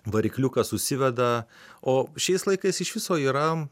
varikliukas užsiveda o šiais laikais iš viso yra